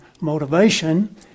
motivation